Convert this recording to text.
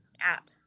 app